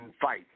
fight